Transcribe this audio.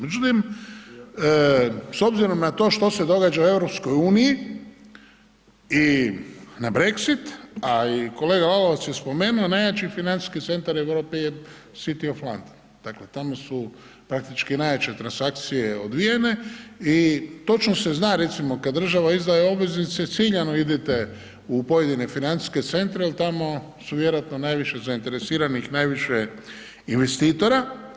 Međutim, s obzirom na to što se događa u EU i na Brexit, a i kolega Lalovac je spomenuo, najjači financijski centar, European city of London dakle tamo su praktički najjače transakcije odvijene i točno se zna, recimo kad država izdaje obveznice ciljano idete u pojedine financijske centre jer tamo su vjerojatno najviše zainteresiranih, najviše investitora.